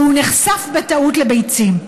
והוא נחשף בטעות לביצים.